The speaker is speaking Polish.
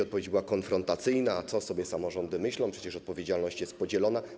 Odpowiedź była konfrontacyjna: co sobie samorządy myślą, przecież odpowiedzialność jest podzielona.